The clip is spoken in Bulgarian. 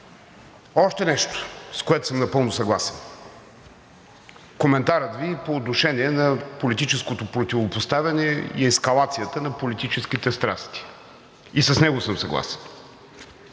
Още нещо, с което съм напълно съгласен – коментара Ви по отношение на политическото противопоставяне и ескалацията на политическите страсти. И с него съм съгласен.